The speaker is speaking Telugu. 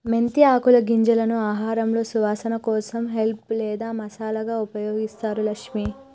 మెంతి ఆకులు గింజలను ఆహారంలో సువాసన కోసం హెల్ప్ లేదా మసాలాగా ఉపయోగిస్తారు లక్ష్మి